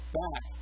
back